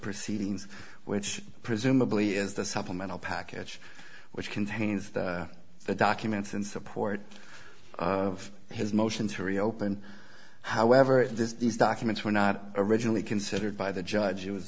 proceedings which presumably is the supplemental package which contains the documents in support of his motion to reopen however it is these documents were not originally considered by the judge w